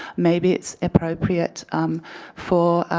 maybe it's appropriate for